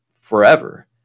forever